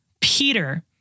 Peter